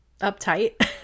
uptight